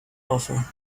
offer